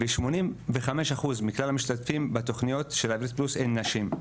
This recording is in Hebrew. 85% מכלל המשתתפים בתוכניות הן נשים.